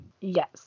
Yes